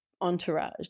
entourage